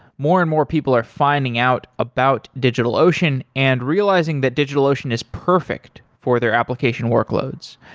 more and more people are finding out about digitalocean and realizing that digitalocean is perfect for their application workloads.